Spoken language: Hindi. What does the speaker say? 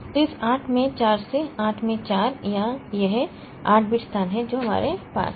तो इस 8 में 4 से 8 में 4 यह 8 बिट स्थान है जो हमारे पास है